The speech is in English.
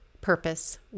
purpose